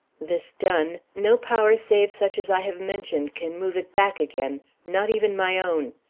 this done, no power save such as i have mentioned can move it back again, not even my own.